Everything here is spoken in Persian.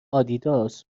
آدیداس